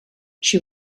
she